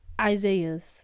Isaiahs